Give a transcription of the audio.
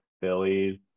Phillies